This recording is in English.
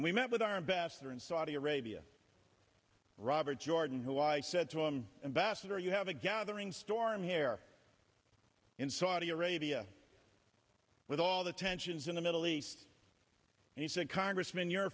we met with our investor in saudi arabia robert jordan who i said to him and bassett are you have a gathering storm here in saudi arabia with all the tensions in the middle east and he said congressman you're